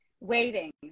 Waiting